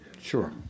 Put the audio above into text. Sure